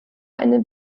eine